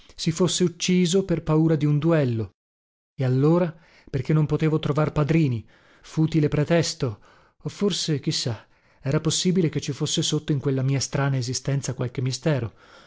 si fosse ucciso per paura di un duello e allora perché non potevo trovar padrini futile pretesto o forse chi sa era possibile che ci fosse sotto in quella mia strana esistenza qualche mistero